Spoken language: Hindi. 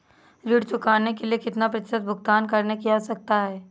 ऋण चुकाने के लिए कितना प्रतिशत भुगतान करने की आवश्यकता है?